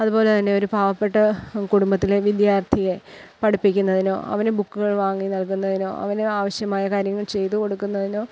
അതു പോലെ തന്നെ ഒരു പാവപ്പെട്ട കുടുംബത്തിലെ വിദ്യാർത്ഥിയെ പഠിപ്പിക്കുന്നതിനോ അവന് ബുക്കുകൾ വാങ്ങി നൽകുന്നതിനോ അവന് ആവശ്യമായ കാര്യങ്ങൾ ചെയ്തു കൊടുക്കുന്നതിനോ